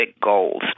goals